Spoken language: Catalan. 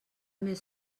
més